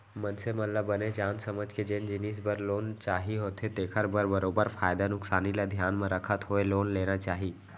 मनसे मन ल बने जान समझ के जेन जिनिस बर लोन चाही होथे तेखर बर बरोबर फायदा नुकसानी ल धियान म रखत होय लोन लेना चाही